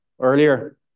earlier